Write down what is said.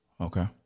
Okay